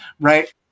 right